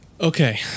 Okay